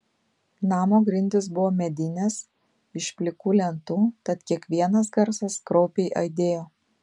namo grindys buvo medinės iš plikų lentų tad kiekvienas garsas kraupiai aidėjo